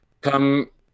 come